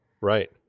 Right